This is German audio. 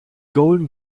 golden